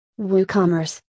WooCommerce